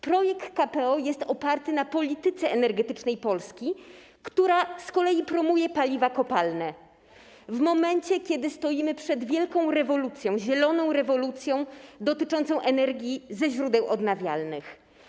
Projekt KPO jest oparty na polityce energetycznej Polski, która z kolei promuje paliwa kopalne, w momencie gdy stoimy przed wielką rewolucją, zieloną rewolucją dotyczącą energii ze źródeł odnawialnych.